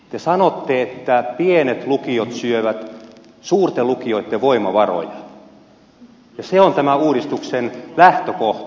te sanotte että pienet lukiot syövät suurten lukioitten voimavaroja ja se on tämän uudistuksen lähtökohta